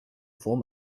form